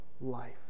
life